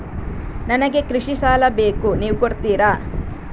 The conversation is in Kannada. ನನಗೆ ಕೃಷಿ ಸಾಲ ಬೇಕು ನೀವು ಕೊಡ್ತೀರಾ?